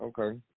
okay